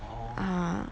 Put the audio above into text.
(uh huh)